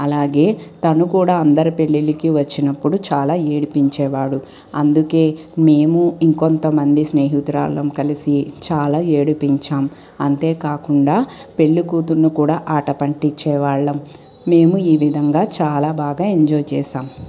అలాగే తను కూడా అందరి పెళ్ళిళ్ళకి వచ్చినప్పుడు చాలా ఏడిపించేవాడు అందుకే మేము ఇంకొంతమంది స్నేహితురాళ్ళం కలసి చాలా ఏడిపించాం అంతేకాకుండా పెళ్ళికూతుర్ని కూడా ఆటపట్టించే వాళ్ళం మేము ఈ విధంగా చాలా బాగా ఎంజాయ్ చేశాం